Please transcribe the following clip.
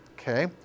okay